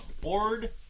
board